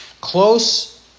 close